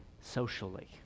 socially